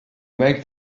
make